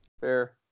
Fair